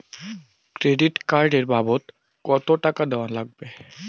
Credit card এর বাবদ কতো টাকা দেওয়া লাগবে?